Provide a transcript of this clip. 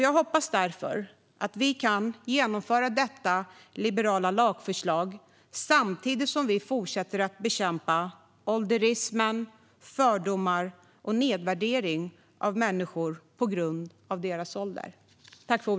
Jag hoppas därför att vi kan genomföra detta liberala lagförslag samtidigt som vi fortsätter att bekämpa ålderismen, fördomar och nedvärdering av människor på grund av deras ålder.